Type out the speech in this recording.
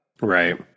right